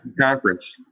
Conference